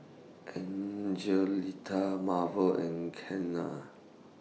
Angelita Marvel and Kenna